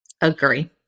Agree